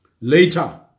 Later